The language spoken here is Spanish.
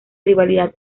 rivalidad